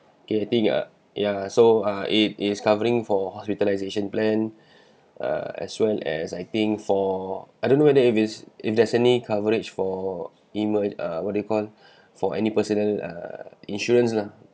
getting ah yeah so uh it is covering for hospitalisation plan err as soon as I think for I don't know whether if it's if there's any coverage for emer~ uh what do you call for any personal err insurance lah